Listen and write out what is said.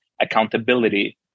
accountability